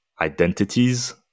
identities